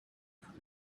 from